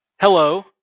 Hello